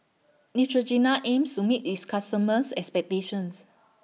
Neutrogena aims to meet its customers' expectations